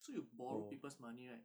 so you borrow people's money right